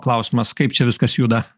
klausimas kaip čia viskas juda